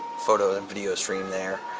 photo and video stream there.